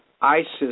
ISIS